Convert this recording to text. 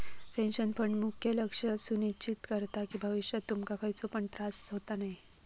pension fund मुख्य लक्ष सुनिश्चित करता कि भविष्यात तुमका खयचो पण त्रास होता नये